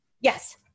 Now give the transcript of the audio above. Yes